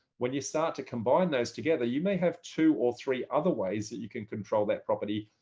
when you start to combine those together, you may have two or three other ways that you can control that property,